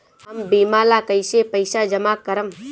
हम बीमा ला कईसे पईसा जमा करम?